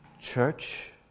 church